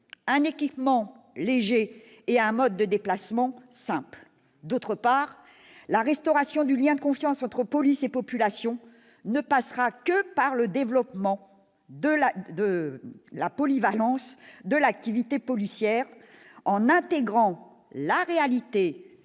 un équipement léger et un mode de déplacement simple. En outre, la restauration du lien de confiance entre police et population ne passera que par le développement de la polyvalence de l'activité policière, en intégrant la réalité du